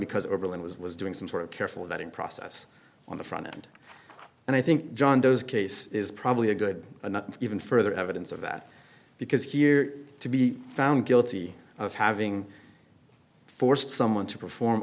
because oberlin was was doing some sort of careful that in process on the front end and i think john doe's case is probably a good enough even further evidence of that because here to be found guilty of having forced someone to perform